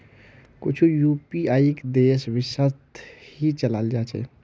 कुछु यूपीआईक देश विशेषत ही चलाल जा छे